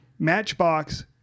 Matchbox